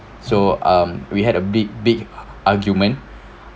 so um we had a big big argument